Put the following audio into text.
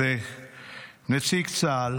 נציג צה"ל